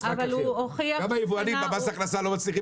כמה יבואנים לא מצליחים במס הכנסה לא מצליחים